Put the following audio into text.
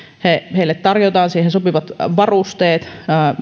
heille tarjotaan siihen sopivat varusteet